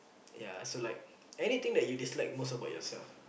ya so like anything that you dislike most about yourself